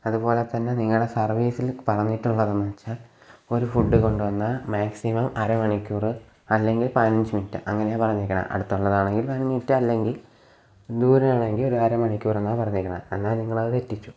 അതുപോലെതന്നെ നിങ്ങളുടെ സർവീസിൽ പറഞ്ഞിട്ടുള്ളതെന്നു വെച്ചാൽ ഒരു ഫുഡ് കൊണ്ടു വന്നാൽ മാക്സിമം അരമണിക്കൂർ അല്ലെങ്കിൽ പതിനഞ്ച് മിനിറ്റ് അങ്ങനെയാണ് പറഞ്ഞേക്കണേ അടുത്തുള്ളതാണെങ്കിൽ പതിനഞ്ച് മിനിറ്റ് അല്ലെങ്കില് ദൂരെയാണെങ്കിൽ ഒരു അരമണിക്കൂറെന്നാണ് പറഞ്ഞേക്കണേ എന്നാൽ നിങ്ങളത് തെറ്റിച്ചു